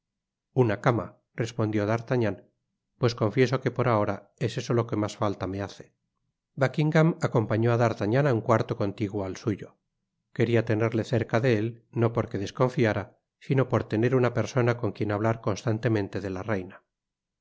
una cama respondió d'artagnan pues confieso que por ahora es eso lo que mas falta me hace buckingam acompañó á d'artagnan á un cuarto contiguo al suyo queria tenerle cerca de él no porque desconfiára sino por tener una persona con quien hablar constantemente de la reina